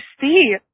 see